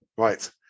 right